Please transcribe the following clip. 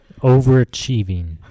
overachieving